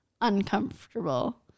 uncomfortable